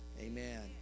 amen